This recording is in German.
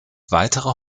weitere